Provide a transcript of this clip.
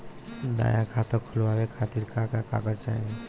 नया खाता खुलवाए खातिर का का कागज चाहीं?